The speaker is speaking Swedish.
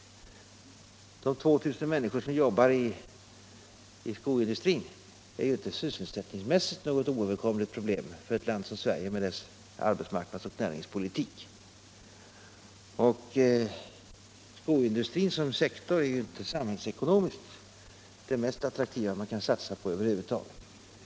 De 2000 människor som arbetar i skoindustrin är ju sysselsättningsmässigt inte något oöverkomligt problem för ett land som Sverige med dess arbetsmarknads och näringspolitik. Skoindustrin är ju samhällsekonomiskt sett inte den mest attraktiva sektor som man kan satsa på.